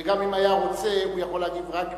וגם אם היה רוצה, הוא יכול להגיב רק בעיתונו,